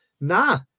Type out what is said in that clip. Nah